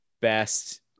best